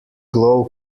glow